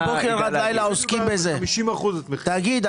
תגיד,